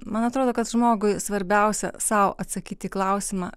man atrodo kad žmogui svarbiausia sau atsakyt į klausimą